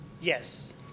Yes